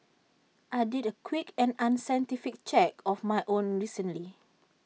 I did A quick and unscientific check of my own recently